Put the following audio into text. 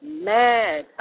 mad